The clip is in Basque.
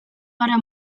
gara